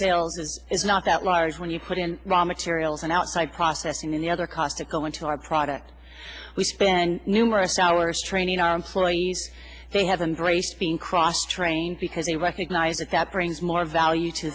sales is is not that large when you put in raw materials and out by processing the other cost to go into our product we spend numerous hours training our employees they have embraced being cross trained because they recognize that that brings more value to